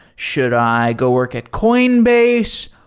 should i go work at coinbase?